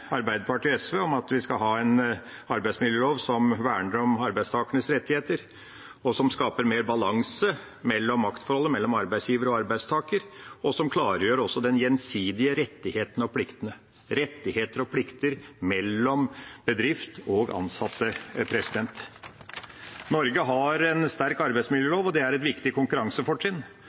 Arbeiderpartiet og SV om at vi skal ha en arbeidsmiljølov som verner om arbeidstakernes rettigheter, som skaper større balanse i maktforholdet mellom arbeidsgiver og arbeidstaker, og som også klargjør de gjensidige rettighetene og pliktene – rettigheter og plikter mellom bedrift og ansatte. Norge har en sterk arbeidsmiljølov, og det er et viktig konkurransefortrinn.